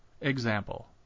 Example